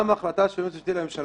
גם ההחלטה של היועץ המשפטי לממשלה,